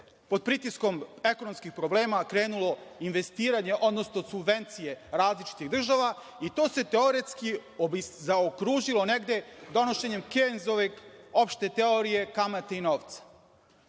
pod pritiskom ekonomskih problema krenulo investiranje, odnosno subvencije različitih država i to se teoretski zaokružilo negde donošenjem Kejnsove opšte teorije kamate i novca. Kejns